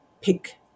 pick